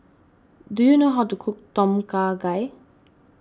do you know how to cook Tom Kha Gai